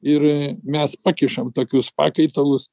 ir mes pakišam tokius pakaitalus